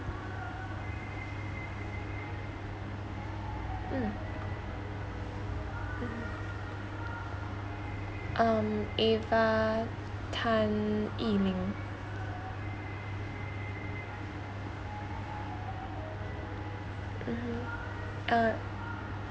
mm um ava tan yi-ning mmhmm uh